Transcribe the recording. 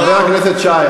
חבר הכנסת שי,